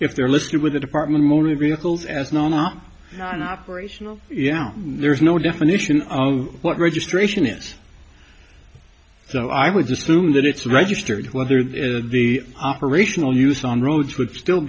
if they're listed with the department of motor vehicles as none are in operation yeah there is no definition of what registration is so i would assume that it's registered whether the the operational use on roads would still